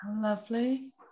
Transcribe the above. Lovely